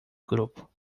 grupo